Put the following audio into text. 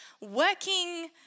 working